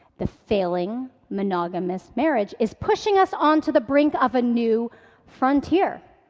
the failing monogamous marriage, is pushing us onto the brink of a new frontier.